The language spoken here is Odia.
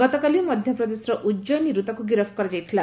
ଗତକାଲି ମଧ୍ୟପ୍ରଦେଶର ଉଜୟିନୀରୁ ତାକୁ ଗିରଫ କରାଯାଇଥିଲା